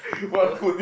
oh